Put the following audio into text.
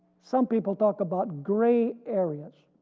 some people talk about gray areas,